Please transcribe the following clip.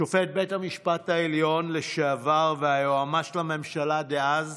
שופט בית המשפט העליון לשעבר והיועמ"ש לממשלה דאז,